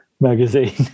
magazine